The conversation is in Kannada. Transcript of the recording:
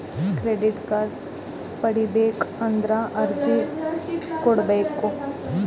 ಕ್ರೆಡಿಟ್ ಕಾರ್ಡ್ ಪಡಿಬೇಕು ಅಂದ್ರ ಎಲ್ಲಿ ಅರ್ಜಿ ಕೊಡಬೇಕು?